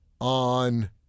on